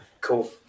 Cool